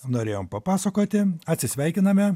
norėjom papasakoti atsisveikiname